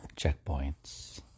Checkpoints